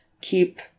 keep